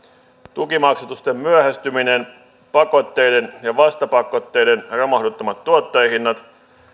tukimaksatusten myöhästyminen pakotteiden ja vastapakotteiden romahduttamat tuottajahinnat